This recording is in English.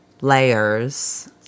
layers